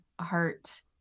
heart